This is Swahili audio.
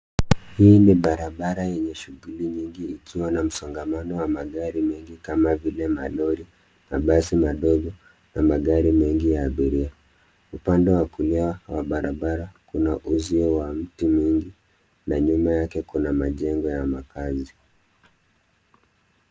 Hii ni barabara yenye shughuli nyingi ikiwa na msongamano wa magari mengi kama vile malori, mabasi madogo na magari mengi ya abiria. Upande wa kulia wa barabara kuna uzio wa miti mingi na nyuma yake kuna majengo ya makazi.